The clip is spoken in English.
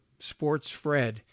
sportsfred